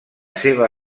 seva